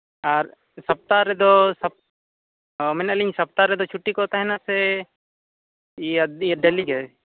ᱟᱨ ᱥᱚᱯᱛᱟ ᱨᱮᱫᱚ ᱢᱮᱱᱮᱫᱼᱟᱞᱤᱧ ᱥᱚᱯᱛᱟᱨᱮᱫᱚ ᱪᱷᱩᱴᱤᱠᱚ ᱛᱟᱦᱮᱱᱟ ᱥᱮ ᱤᱭᱟᱹ ᱰᱮᱞᱤᱜᱮ